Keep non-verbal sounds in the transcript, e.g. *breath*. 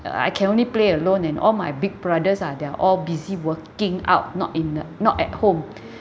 uh I can only play alone and all my big brothers ah they're all busy working out not in the not at home *breath*